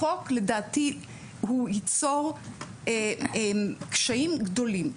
החוק לדעתי ייצור קשיים גדולים.